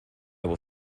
will